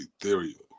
ethereal